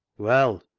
well,